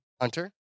Hunter